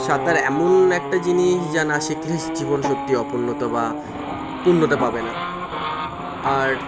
সাঁতার এমন একটা জিনিস যা না শিখলে জীবন সত্যি অপূর্ণ বা পূর্ণতা পাবে না আর